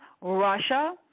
Russia